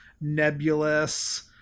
nebulous